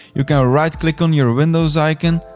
you can right click on your windows icon,